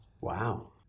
Wow